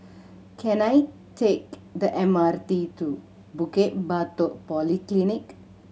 can I take the M R T to Bukit Batok Polyclinic